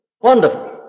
Wonderful